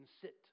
sit